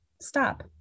stop